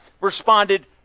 responded